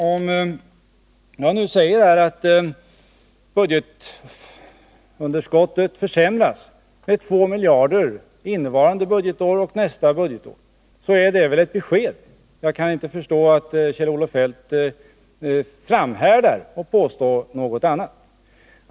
Om jag nu säger att budgetunderskottet försämras med 2 miljarder innevarande budgetår och nästa budgetår är det väl ett besked. Jag kan inte förstå att Kjell-Olof Feldt framhärdar och påstår något annat.